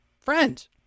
friends